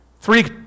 Three